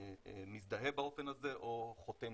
ומזדהה באופן הזה או חותם